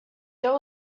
there